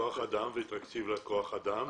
כוח אדם ותקציב לכוח אדם.